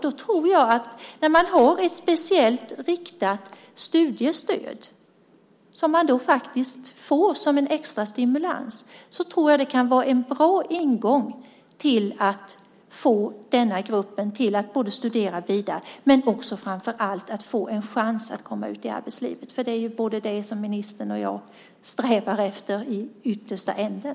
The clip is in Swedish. Jag tror att ett speciellt riktat studiestöd kan fungera som en extra stimulans för att få denna grupp att studera vidare och få en chans att komma ut i arbetslivet. Det är ju det som både ministern och jag strävar efter i slutändan.